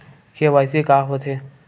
KYC का होथे?